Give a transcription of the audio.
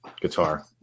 guitar